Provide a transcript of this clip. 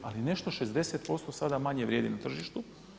Ali nešto 60% sada manje vrijedi na tržištu.